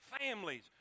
families